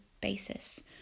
basis